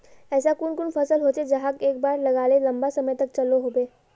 ऐसा कुन कुन फसल होचे जहाक एक बार लगाले लंबा समय तक चलो होबे?